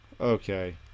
okay